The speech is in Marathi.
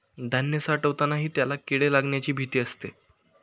धान्य साठवतानाही त्याला किडे लागण्याची भीती असते